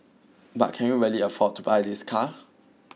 but can you really afford to buy this car